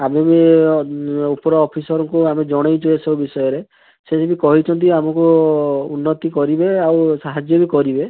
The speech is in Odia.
ଆଗରୁ ଉପର ଅଫିସରଙ୍କୁ ଆମେ ଜଣେଇଛୁ ଏ ସବୁ ବିଷୟରେ ସିଏ କିନ୍ତୁ କହିଛନ୍ତି ଆମକୁ ଉନ୍ନତି କରିବେ ଆଉ ସାହାଯ୍ୟ ବି କରିବେ